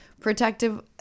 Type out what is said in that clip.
protective